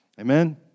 Amen